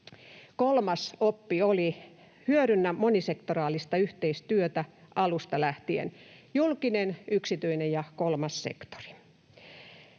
Kolmas oppi oli: hyödynnä monisektoraalista yhteistyötä alusta lähtien — julkinen, yksityinen ja kolmas sektori.